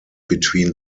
between